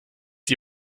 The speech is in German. die